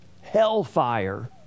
Hellfire